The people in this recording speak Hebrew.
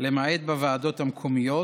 למעט בוועדות המקומיות,